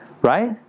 Right